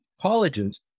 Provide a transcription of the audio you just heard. colleges